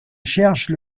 cherchent